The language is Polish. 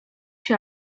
się